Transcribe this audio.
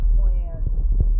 plans